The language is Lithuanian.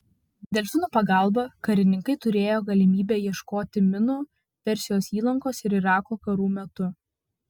delfinų pagalba karininkai turėjo galimybę ieškoti minų persijos įlankos ir irako karų metu